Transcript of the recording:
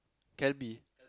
Calbee